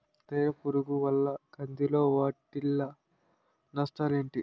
కత్తెర పురుగు వల్ల కంది లో వాటిల్ల నష్టాలు ఏంటి